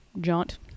jaunt